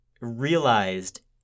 realized